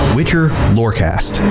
WitcherLoreCast